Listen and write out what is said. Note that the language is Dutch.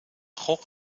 gogh